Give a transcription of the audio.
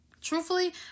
Truthfully